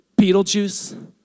Beetlejuice